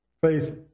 Faith